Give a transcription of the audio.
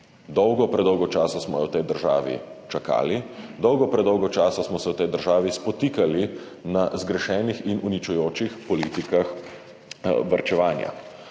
Dolgo, predolgo časa smo jo v tej državi čakali. Dolgo, predolgo časa smo se v tej državi spotikali ob zgrešenih in uničujočih politikah varčevanja.